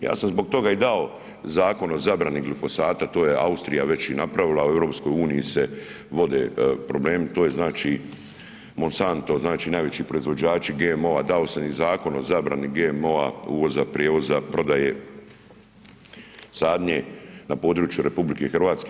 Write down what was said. Ja sam zbog toga i dao zakon o zabrani glifosata, to je Austrija već i napravila u EU se vode problemi, to je znači Monsanto znači najveći proizvođači GMO-a, dao sam i zakon o zabrani GMO-a uvoza, prijevoza, prodaje, sadnje na području RH.